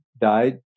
died